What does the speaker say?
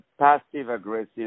passive-aggressive